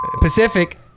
Pacific